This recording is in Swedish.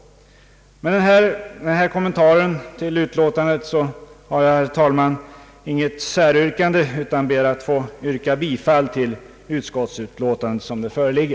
Med denna kommentar till utlåtandet har jag, herr talman, inget säryrkande, utan jag ber att få yrka bifall till utskottets hemställan.